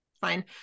fine